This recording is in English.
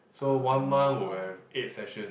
so one month will have eight session